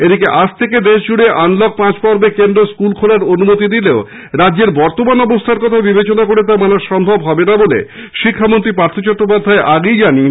এদিকে আজ থেকে দেশজুড়ে আনলক পাঁচ পর্বে কেন্দ্র স্কল খোলার অনুমতি দিলেও রাজ্যের বর্তমান পরিস্থিতির কথা বিবেচনা করে তা মানা সম্ভব হবে না বলে শিক্ষামন্ত্রী পার্থ চট্টোপাধ্যায় আগেই জানিয়েছেন